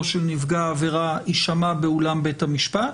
של נפגע העבירה יישמע באולם בית המשפט,